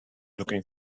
looking